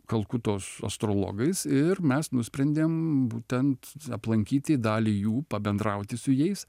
kalkutos astrologais ir mes nusprendėm būtent aplankyti dalį jų pabendrauti su jais